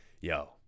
Yo